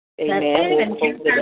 Amen